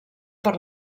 per